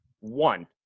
One